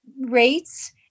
rates